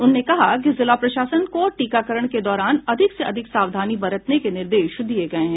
उन्होंने कहा कि जिला प्रशासन को टीकाकरण के दौरान अधिक से अधिक सावधानी बरतने के निर्देश दिए गए हैं